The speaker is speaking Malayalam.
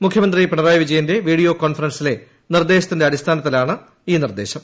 മുഖ്യമന്ത്രി പിണറായി വിജയന്റെ വീഡിയോ കോൺഫറൻസിലെ നിർദേശത്തിന്റെ അടിസ്ഥാനത്തിലാണ് ഈ നിർദ്ദേശം